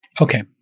Okay